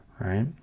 right